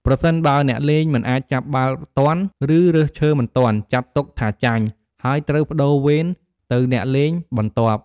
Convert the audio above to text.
ប្រសិនបើអ្នកលេងមិនអាចចាប់បាល់ទាន់ ឬរើសឈើមិនទាន់ ចាត់ទុកថាចាញ់ ហើយត្រូវប្ដូរវេនទៅអ្នកលេងបន្ទាប់។